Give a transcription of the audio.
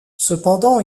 cependant